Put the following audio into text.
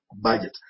budget